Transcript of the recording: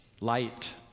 light